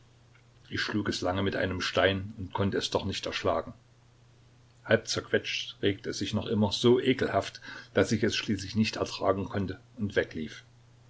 ich schlug es lange mit einem stein und konnte es doch nicht erschlagen halb zerquetscht regte es sich noch immer so ekelhaft daß ich es schließlich nicht ertragen konnte und weglief